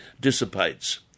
dissipates